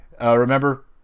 Remember